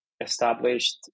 established